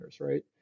right